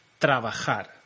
trabajar